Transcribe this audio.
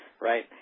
Right